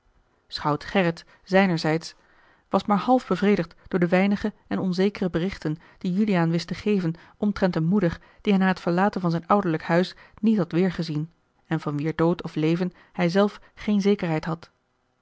schout gerrit zijnerzijds was maar half bevredigd door de weinige en onzekere berichten die juliaan wist te geven omtrent eene moeder die hij na het verlaten van zijn ouderlijk huis niet had weêrgezien en van wier dood of leven hij zelf geene zekerheid had